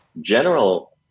general